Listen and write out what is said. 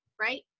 right